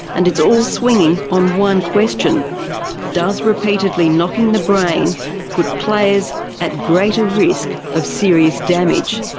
and it's all swinging on one question does repeatedly knocking the brain put players at greater risk of serious damage?